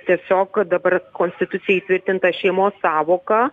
tiesiog dabar konstitucijoj įtvirtintą šeimos sąvoką